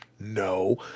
No